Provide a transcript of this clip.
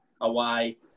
away